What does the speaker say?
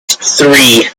three